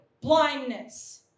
Blindness